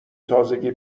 تازگی